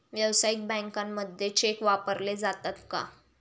व्यावसायिक बँकांमध्ये चेक वापरले जातात का?